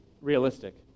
realistic